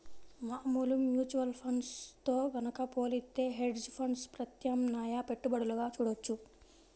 మామూలు mutual funds తో గనక పోలిత్తే హెడ్జ్ ఫండ్స్ ప్రత్యామ్నాయ పెట్టుబడులుగా చూడొచ్చు